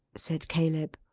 said caleb.